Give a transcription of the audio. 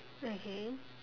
okay